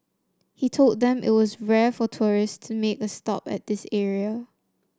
he told them that it was rare for tourist to make a stop at this area